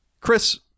Chris